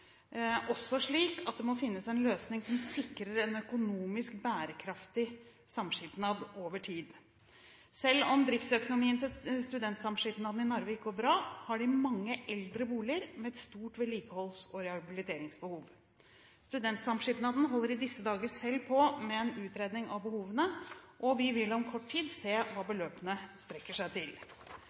slik at det også må finnes en løsning som sikrer en økonomisk bærekraftig samskipnad over tid. Selv om driftsøkonomien til Studentsamskipnaden i Narvik går bra, har samskipnaden mange eldre boliger med et stort vedlikeholds- og rehabiliteringsbehov. Studentsamskipnaden selv holder i disse dager på med en utredning av behovene, og vi vil om kort tid se hva disse beløper seg til.